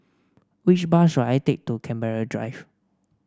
which bus should I take to Canberra Drive